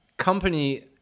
company